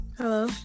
Hello